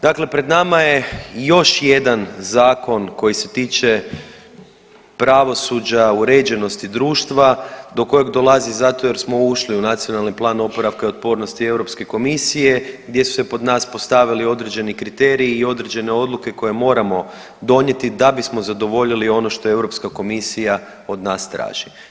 Dakle, pred nama je još jedan zakon koji se tiče pravosuđa, uređenosti društva do kojeg dolazi zato jer smo ušli u Nacionalni plan oporavka i otpornosti Europske komisije gdje su se pod nas postavili određeni kriteriji i određene odluke koje moramo donijeti da bismo zadovoljili ono što Europska komisija od nas traži.